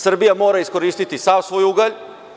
Srbija mora iskoristiti sav svoj ugalj.